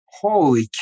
Holy